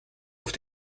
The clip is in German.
auf